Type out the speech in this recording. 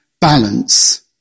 balance